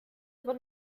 aber